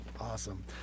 awesome